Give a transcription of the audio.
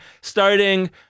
starting